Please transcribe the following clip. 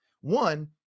One